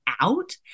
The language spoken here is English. out